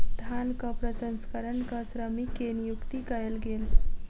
धानक प्रसंस्करणक श्रमिक के नियुक्ति कयल गेल